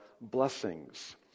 blessings